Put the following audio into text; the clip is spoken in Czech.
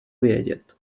vědět